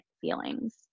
feelings